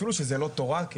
אפילו שזה לא תורה,